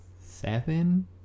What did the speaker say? seven